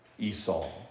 Esau